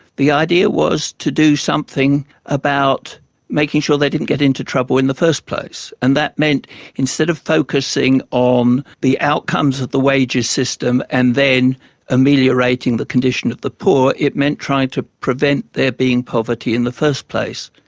the idea was to do something about making sure they didn't get into trouble in the first place. and that meant instead of focusing on the outcomes of the wages system and then ameliorating the condition of the poor, it meant trying to prevent there being poverty in the first place.